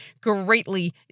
greatly